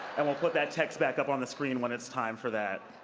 and we'll put that text back up on the screen when it's time for that.